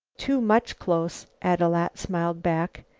too much close, ad-loo-at smiled back.